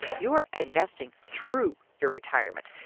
you are investing through your retirement.